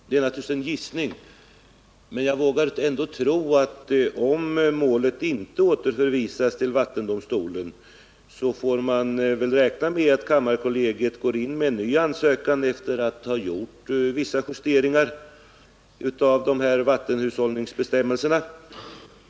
Det är naturligtvis en gissning, men jag vågar tro att om målet inte återförvisas till vattendomstolen kommer kammarkollegiet att gå in med en ny ansökan efter att ha gjort vissa justeringar av vattenhushållningsbestämmelserna.